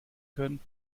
können